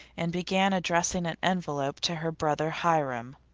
and began addressing an envelope to her brother hiram.